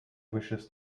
wishes